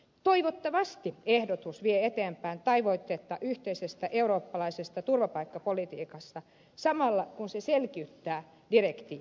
toivottavasti ehdotus vie eteenpäin tavoitetta yhteisestä eurooppalaisesta turvapaikkapolitiikasta samalla kun se selkiyttää direktiiviä